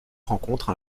rencontre